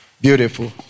Beautiful